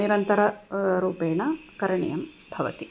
निरन्तररूपेण करणीयं भवति